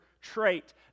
trait